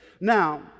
Now